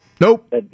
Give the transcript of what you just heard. Nope